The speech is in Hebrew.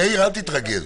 יאיר, אל תתרגז.